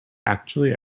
actually